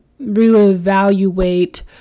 reevaluate